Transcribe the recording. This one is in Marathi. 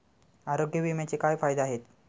आरोग्य विम्याचे काय फायदे आहेत?